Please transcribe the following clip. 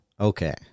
Okay